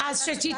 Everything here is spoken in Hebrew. שהיו